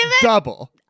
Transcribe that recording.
double